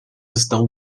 estão